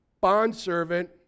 bondservant